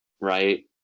right